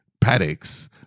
paddocks